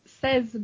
says